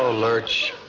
ah lurch,